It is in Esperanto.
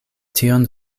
tion